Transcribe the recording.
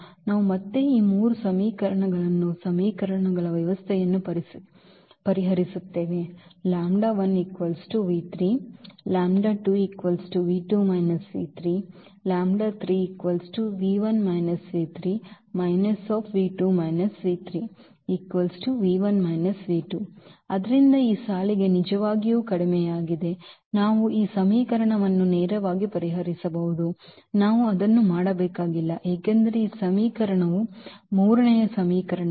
ನಾವು ಮತ್ತೆ ಈ ಮೂರು ಸಮೀಕರಣಗಳನ್ನು ಸಮೀಕರಣಗಳ ವ್ಯವಸ್ಥೆಯನ್ನು ಪರಿಹರಿಸುತ್ತೇವೆ ಆದ್ದರಿಂದ ಈ ಸಾಲಿಗೆ ನಿಜವಾಗಿಯೂ ಕಡಿಮೆಯಾಗದೆ ನಾವು ಈ ಸಮೀಕರಣವನ್ನು ನೇರವಾಗಿ ಪರಿಹರಿಸಬಹುದು ನಾವು ಅದನ್ನು ಮಾಡಬೇಕಾಗಿಲ್ಲ ಏಕೆಂದರೆ ಈ ಸಮೀಕರಣವು ಮೂರನೆಯ ಸಮೀಕರಣವು ಎಂದು ಹೇಳುತ್ತದೆ